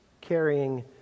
carrying